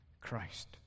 Christ